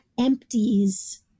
empties